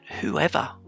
whoever